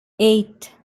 eight